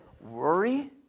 worry